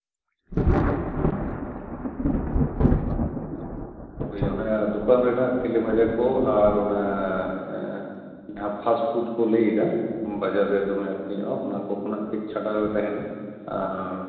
ᱦᱟᱯᱳᱭ ᱚᱱᱮ ᱫᱚᱠᱟᱱ ᱨᱮᱱᱟᱜ ᱛᱮᱞᱮ ᱵᱷᱟᱡᱟ ᱠᱚ ᱟᱨ ᱚᱱᱟ ᱡᱟᱦᱟᱸ ᱯᱷᱟᱥᱴᱯᱷᱩᱰ ᱠᱚ ᱞᱟᱹᱭᱮᱫᱟ ᱵᱟᱡᱟᱨ ᱨᱮ ᱫᱚᱢᱮ ᱟᱹᱠᱷᱨᱤᱧᱚᱜᱼᱟ ᱚᱱᱟᱠᱚ ᱠᱷᱚᱱᱟᱜ ᱠᱟᱹᱡ ᱪᱷᱟᱰᱟᱨᱮ ᱛᱟᱦᱮᱱᱟ ᱟᱨ ᱚᱱᱟᱠᱚᱜᱮ